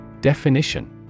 Definition